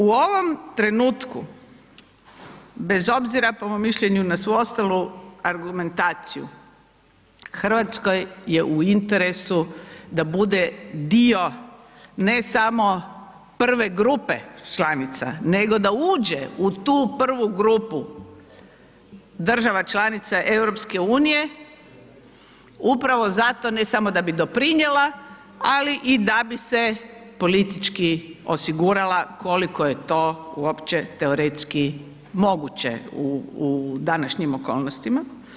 U ovom trenutku bez obzira po mom mišljenju na svu ostalu argumentaciju RH je u interesu da bude dio ne samo prve grupe članica nego da uđe u tu prvu grupu država članica EU upravo zato ne samo da bi doprinijela, ali i da bi se politički osigurala koliko je to uopće teoretski moguće u današnjim okolnostima.